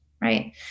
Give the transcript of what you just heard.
right